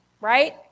right